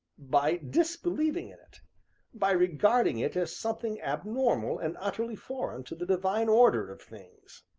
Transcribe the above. by disbelieving in it by regarding it as something abnormal and utterly foreign to the divine order of things.